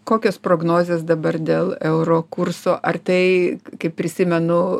kokios prognozės dabar dėl euro kurso ar tai kaip prisimenu